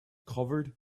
covered